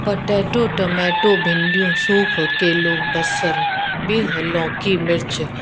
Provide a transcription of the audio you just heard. potato tomato भिंडियूं सूफ़ केलो बसर बिह लौकी मिर्चु